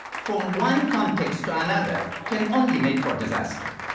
from one context to another, can only make for disaster.